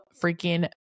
freaking